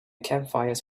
campfires